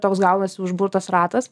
toks gaunasi užburtas ratas